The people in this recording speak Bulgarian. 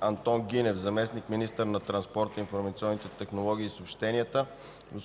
Антон Гинев – заместник-министър на транспорта, информационните технологии и съобщенията,